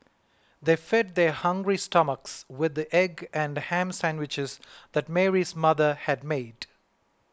they fed their hungry stomachs with the egg and ham sandwiches that Mary's mother had made